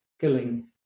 killing